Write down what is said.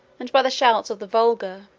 and by the shouts of the vulgar,